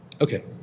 Okay